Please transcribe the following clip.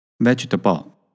Vegetable